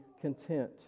content